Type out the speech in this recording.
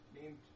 named